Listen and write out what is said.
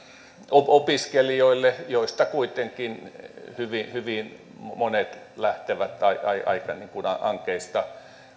opiskelijoille joista kuitenkin hyvin hyvin monet lähtevät aika ankeista